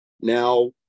Now